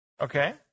Okay